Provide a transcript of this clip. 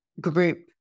group